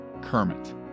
Kermit